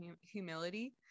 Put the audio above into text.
humility